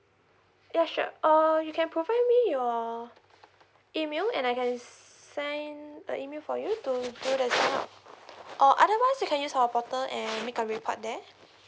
yeah sure err you can provide me your email and I can send the email for you to do or otherwise you can use our portal and make a report there